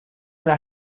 una